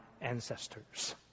ancestors